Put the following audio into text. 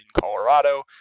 Colorado